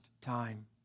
time